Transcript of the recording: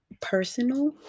personal